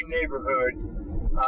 neighborhood